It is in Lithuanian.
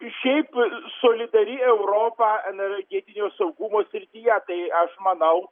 šiaip solidari europa energetinio saugumo srityje tai aš manau